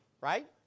right